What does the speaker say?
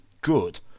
good